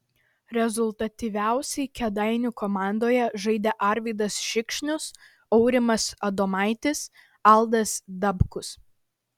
rezultatyviausiai kėdainių komandoje žaidė arvydas šikšnius aurimas adomaitis aldas dabkus